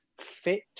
fit